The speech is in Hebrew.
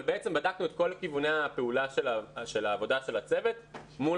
אבל בעצם בדקנו את כל כיווני הפעולה של העבודה של הצוות מול